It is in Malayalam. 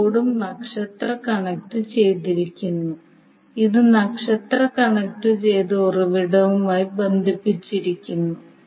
ഈ ലോഡും നക്ഷത്ര കണക്റ്റു ചെയ്തിരിക്കുന്നു ഇത് നക്ഷത്ര കണക്റ്റുചെയ്ത ഉറവിടവുമായി ബന്ധിപ്പിച്ചിരിക്കുന്നു